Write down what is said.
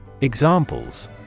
Examples